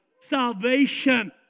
salvation